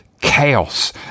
Chaos